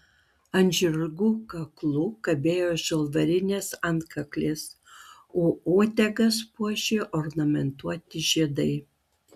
ant žirgų kaklų kabėjo žalvarinės antkaklės o uodegas puošė ornamentuoti žiedai